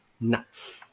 nuts